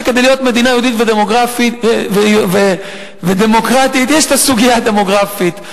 כדי להיות מדינה יהודית ודמוקרטית יש הסוגיה הדמוגרפית: